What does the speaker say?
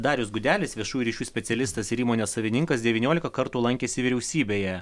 darius gudelis viešųjų ryšių specialistas ir įmonės savininkas devyniolika kartų lankėsi vyriausybėje